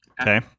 Okay